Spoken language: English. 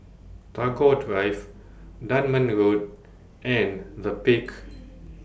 Tagore Drive Dunman Road and The Peak